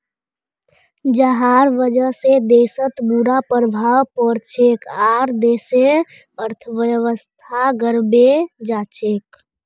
जहार वजह से देशत बुरा प्रभाव पोरछेक आर देशेर अर्थव्यवस्था गड़बड़ें जाछेक